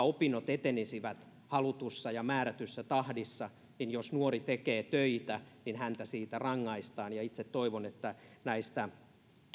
opinnot etenisivät halutussa ja määrätyssä tahdissa niin jos nuori tekee töitä häntä siitä rangaistaan itse toivon että näistä